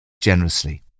generously